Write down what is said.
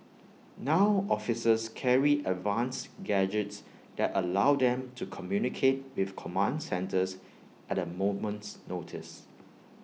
now officers carry advanced gadgets that allow them to communicate with command centres at A moment's notice